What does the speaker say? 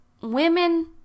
women